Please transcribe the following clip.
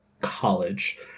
college